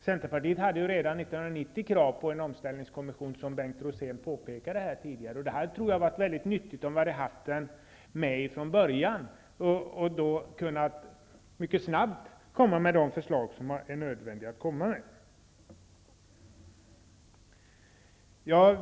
Centerpartiet hade redan 1990 krav på en omställningskommission, som Bengt Rosén påpekade. Jag tror att det hade varit väldigt nyttigt, om vi hade haft kommissionen med från början och den då hade kunnat komma mycket snabbt med de förslag som är nödvändiga.